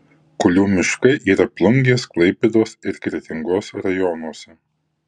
kulių miškai yra plungės klaipėdos ir kretingos rajonuose